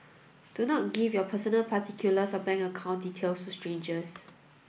do not give your personal particulars or bank account details to strangers